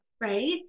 Right